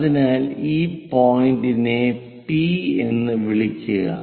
അതിനാൽ ഈ പോയിന്റിനെ പി എന്ന് വിളിക്കുക